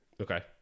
Okay